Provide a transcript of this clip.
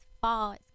fall